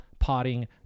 potting